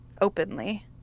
openly